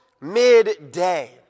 midday